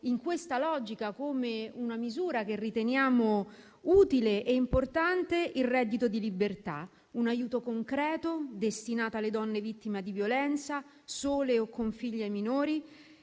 in questa logica, come misura che riteniamo utile e importante, il reddito di libertà: un aiuto concreto destinato alle donne vittime di violenza, sole o con figli minori,